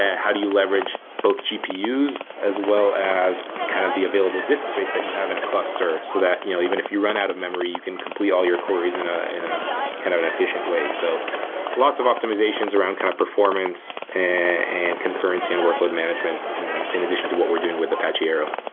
ah how do you leverage both gpu's as well as kind of the available disk space that you have in a cluster so that you know even if you run out of memory, you can complete all your queries in ah in ah kind of an efficient way. so lots of optimizations around kind of performance and concurrency and workload management in addition to what we're doing with apache arrow.